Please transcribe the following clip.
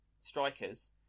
strikers